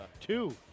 Two